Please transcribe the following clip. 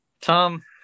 Tom